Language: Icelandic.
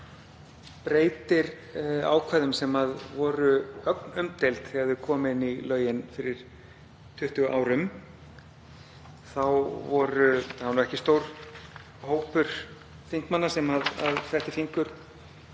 breytir ákvæðum sem voru ögn umdeild þegar þau komu inn í lögin fyrir 20 árum. Það var ekki stór hópur þingmanna sem fetti fingur